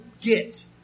get